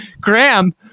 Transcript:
Graham